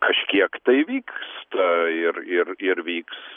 kažkiek tai vyksta ir ir ir vyks